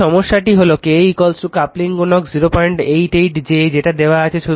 এই সমস্যাটি হল যে K কাপলিং গুণক 088 j যেটা দেওয়া হয়েছে